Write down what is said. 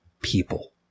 people